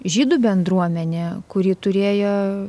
žydų bendruomenė kuri turėjo